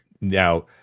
now